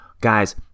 Guys